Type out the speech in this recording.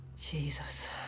Jesus